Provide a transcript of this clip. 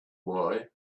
why